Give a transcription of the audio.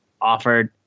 offered